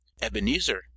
Ebenezer